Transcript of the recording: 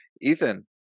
Ethan